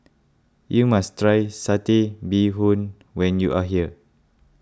you must try Satay Bee Hoon when you are here